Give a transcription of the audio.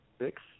six